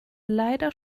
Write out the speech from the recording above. leider